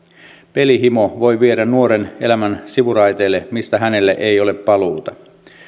pelihimo voi viedä nuoren elämän sivuraiteille mistä hänellä ei ole paluuta